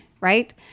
right